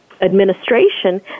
administration